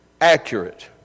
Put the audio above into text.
accurate